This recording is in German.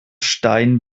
stein